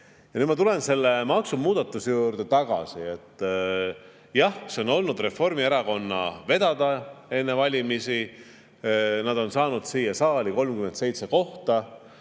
Nüüd ma tulen selle maksumuudatuse juurde tagasi. Jah, see on olnud Reformierakonna vedada enne valimisi. Nad on saanud siia saali 37 kohta.